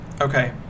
Okay